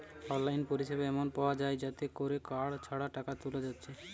online পরিসেবা এমন পায়া যায় যাতে কোরে কার্ড ছাড়া টাকা তুলা যাচ্ছে